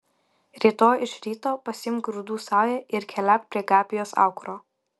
rytoj iš ryto pasiimk grūdų saują ir keliauk prie gabijos aukuro